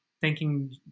thanking